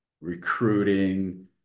recruiting